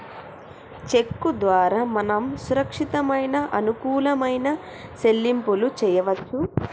చెక్కు ద్వారా మనం సురక్షితమైన అనుకూలమైన సెల్లింపులు చేయవచ్చు